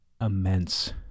immense